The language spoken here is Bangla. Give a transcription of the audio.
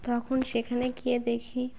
তখন সেখানে গিয়ে দেখি